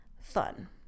fun